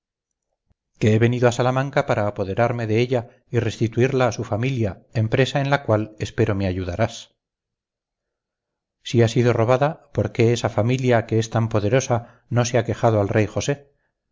que he venido a salamanca para apoderarme de ella y restituirla a su familia empresa en la cual espero que me ayudarás si ha sido robada por qué esa familia que es tan poderosa no se ha quejado al rey josé